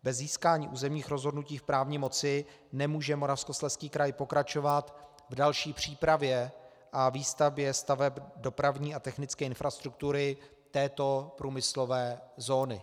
Bez získání územních rozhodnutí v právní moci nemůže Moravskoslezský kraj pokračovat v další přípravě a výstavbě staveb dopravní a technické infrastruktury této průmyslové zóny.